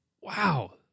wow